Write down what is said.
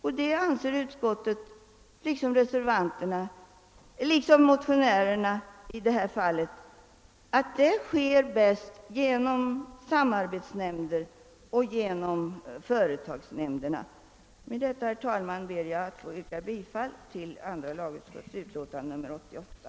Utskottet anser liksom de motionärer som står bakom motionerna 1:497 och II: 527 att det sker bäst genom samarbetsnämnderna och företagsnämnderna. Herr talman! Med detta ber jag att få yrka bifall till andra lagutskottets hemställan i dess utlåtande nr 88.